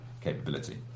capability